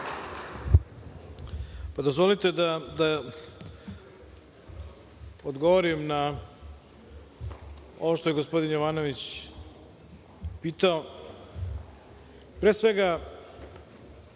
Dozvolite da odgovorim na ono što je gospodin Jovanović pitao.